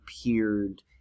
appeared